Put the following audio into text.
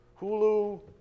Hulu